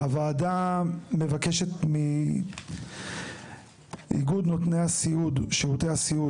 1. הוועדה מבקשת מאיגוד נותני שירותי הסיעוד,